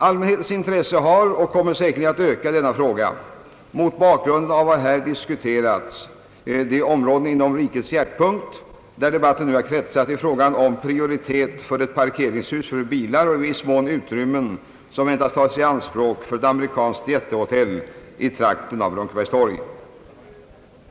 Allmänhetens intresse har ökat — och kommer säkerligen att öka — i denna fråga, detta mot bakgrunden av att vi här diskuterar områden i rikets hjärtpunkt där debatten nu kretsat kring frågan om prioritet för ett parkeringshus för bilar och i viss mån utrymmen som väntas tas i anspråk för ett amerikanskt jättehotell i trakten av Brunkebergstorg.